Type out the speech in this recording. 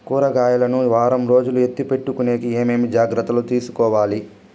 కూరగాయలు ను వారం రోజులు ఎత్తిపెట్టుకునేకి ఏమేమి జాగ్రత్తలు తీసుకొవాలి?